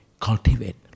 cultivate